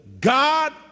God